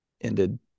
ended